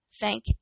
thank